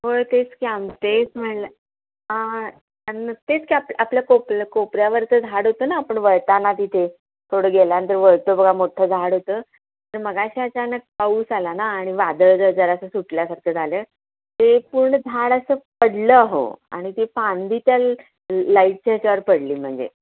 होय तेच की आम तेच म्हणलं हां तेच की आप आपल्या कोपऱ्या कोपऱ्यावरचं झाड होतं ना आपण वळताना तिथे थोडं गेल्यानंतर वळतो बघा मोठ्ठं झाड होतं तर मगाशी अचानक पाऊस आला ना आणि वादळ जरासं सुटल्यासारखं झालं ते पूर्ण झाड असं पडलं हो आणि ती फांदी त्या लाईटच्या ह्याच्यावर पडली म्हणजे